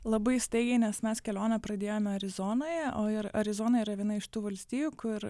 labai staigiai nes mes kelionę pradėjome arizonoje o ir arizona yra viena iš tų valstijų kur